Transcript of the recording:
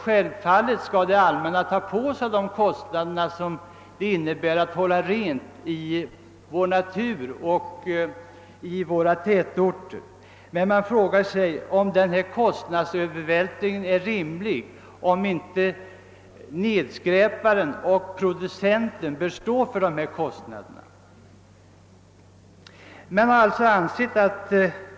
Självfallet skall det allmänna ansvara för vad det kostar att hålla rent i vår natur och i våra tätorter, men är denna väldiga kostnadsövervältring befogad? Bör inte nedskräparen och producenten stå för dessa kostnader?